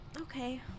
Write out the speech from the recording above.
Okay